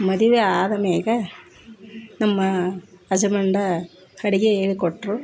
ಮದುವೆ ಆದ ಮೇಲೆ ನಮ್ಮ ಹಜಬೆಂಡ ಅಡುಗೆ ಹೇಳಿ ಕೊಟ್ಟರು